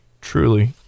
Truly